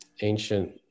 ancient